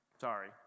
Sorry